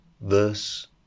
verse